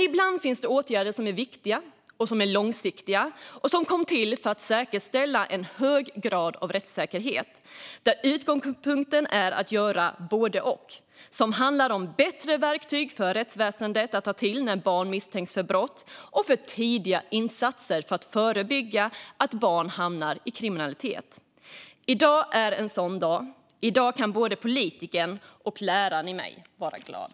Ibland finns det dock åtgärder som är viktiga och långsiktiga, som kom till för att säkerställa en hög grad av rättssäkerhet och där utgångspunkten är att göra både och. Det handlar om bättre verktyg för rättsväsendet att ta till när barn misstänks för brott och om tidiga insatser för att förebygga att barn hamnar i kriminalitet. I dag är en sådan dag. I dag kan såväl politikern som läraren i mig vara glad.